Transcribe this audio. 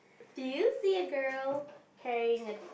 do you see a girl carrying a